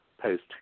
Post